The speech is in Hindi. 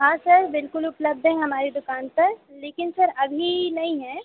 हाँ सर बिल्कुल उपलब्ध है हमारी दुकान पर लेकिन सर अभी नहीं है